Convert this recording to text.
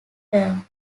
term